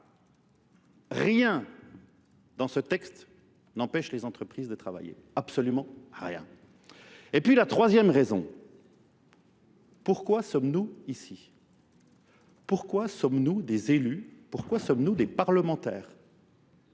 rien dans ce texte n'empêche les entreprises de travailler, absolument rien. Et puis la troisième raison, pourquoi sommes-nous ici ? Pourquoi sommes-nous des élus ? Pourquoi sommes-nous des parlementaires ?